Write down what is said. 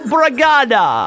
Bragada